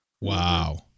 wow